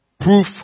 proof